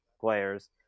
players